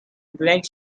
black